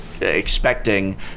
expecting